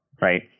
right